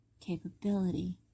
capability